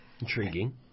Intriguing